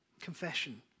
Confession